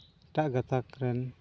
ᱮᱴᱟᱜ ᱜᱟᱛᱟᱠ ᱨᱮᱱ